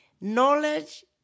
knowledge